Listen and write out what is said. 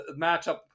matchup